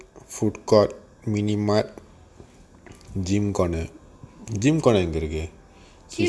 foodcourt minimart gym corner gym corner எங்க இருக்கு:enga iruku